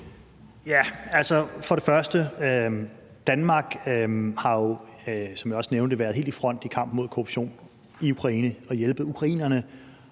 først og fremmest har Danmark jo, som jeg også nævnte, været helt i front i kampen mod korruption i Ukraine for at hjælpe ukrainerne